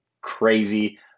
crazy